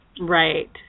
Right